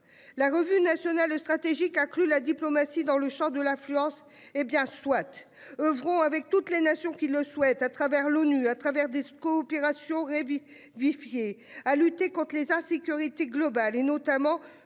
La revue nationale stratégique accrue la diplomatie dans le Champ de l'affluence. Hé bien Swat oeuvrons avec toutes les nations qui le souhaitent à travers l'ONU à travers des coopération. Viviers à lutter contres les insécurités global et notamment